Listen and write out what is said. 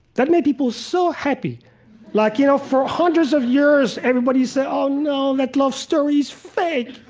that made people so happy like, you know for hundreds of years, everybody said, oh, no, that love story is fake.